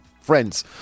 friends